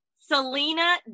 Selena